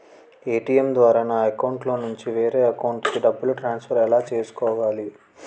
ATM ద్వారా నా అకౌంట్లోనుంచి వేరే అకౌంట్ కి డబ్బులు ట్రాన్సఫర్ ఎలా చేసుకోవాలి?